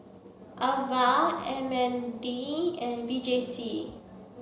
Ava M N D and V J C